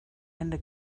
hände